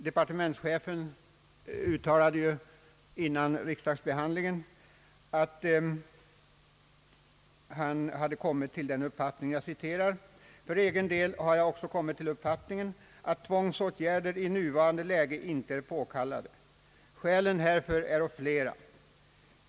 Departementschefen uttalade ju före riksdagsbehandlingen i prop. 180/1961 att han kommit till den uppfattningen: »För egen del har jag också kommit till uppfattningen att tvångsåtgärder i nuvarande läge inte är påkallade. Skälen härför är flera.